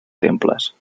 temples